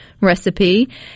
recipe